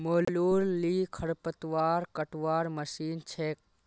मोलूर ली खरपतवार कटवार मशीन छेक